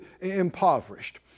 impoverished